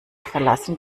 verlassen